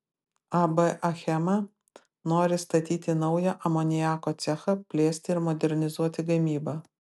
ab achema nori statyti naują amoniako cechą plėsti ir modernizuoti gamybą